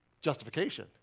Justification